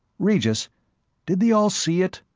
regis did they all see it?